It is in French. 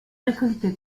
récolté